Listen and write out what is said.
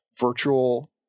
virtual